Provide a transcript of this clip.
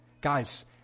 Guys